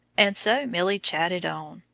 and so milly chatted on,